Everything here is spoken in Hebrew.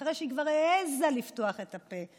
אחרי שהיא כבר העזה לפתוח את הפה.